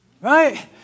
right